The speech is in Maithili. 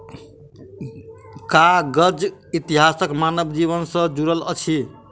कागजक इतिहास मानव जीवन सॅ जुड़ल अछि